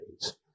days